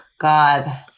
god